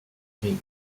ring